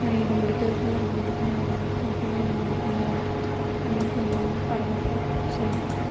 இது முடிக்கிறதுக்குள் அது முடிக்கணும் அது முடிக்கிறக்குள் இது முடிக்கணும் அப்படினு கொஞ்சம் வந்து பரபரப்பாயிருக்கும் செய்யிறத்துக்கு